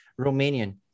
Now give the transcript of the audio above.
Romanian